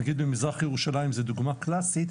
נגיד במזרח ירושלים זה דוגמה קלאסית,